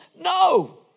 No